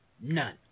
None